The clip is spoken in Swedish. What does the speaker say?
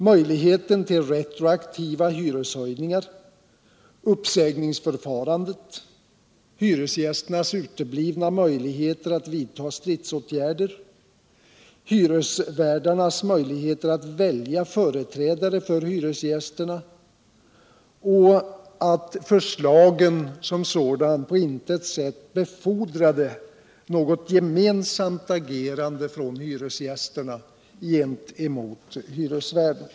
möjligheten till retroaktiva hyreshöjningar, uppsägningstörfarandet, hyresgästernas uteblivna möjligheter att vidta stridsätgärder, hyresvärdarnas möjligheter att välja företrädare för hyresgästerna och den omständigheten att förslagen som sådana på intet sätt befordrade nägot gemensamt agerande av hyresgästerna gentemot hyresvärden.